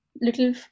little